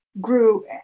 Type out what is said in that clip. grew